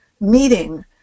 meeting